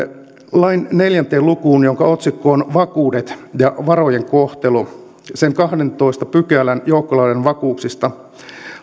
lain neljän luvun otsikko on vakuudet ja varojen kohtelu sen kahdennentoista pykälän joukkolainojen vakuuksia koskevan